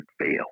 fail